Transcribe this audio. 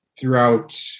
throughout